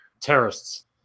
Terrorists